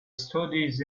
studies